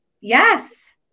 Yes